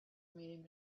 meeting